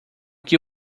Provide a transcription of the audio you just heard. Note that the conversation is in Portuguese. que